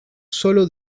solo